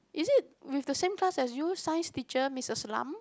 is it we had the same class as you science teacher Missus Lam